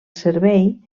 servei